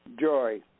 Joy